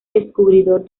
descubridor